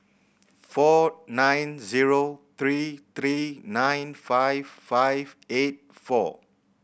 four nine zero three three nine five five eight four